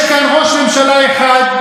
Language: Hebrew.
יש כאן ראש ממשלה אחד,